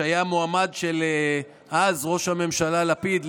שהיה המועמד של ראש הממשלה אז לפיד,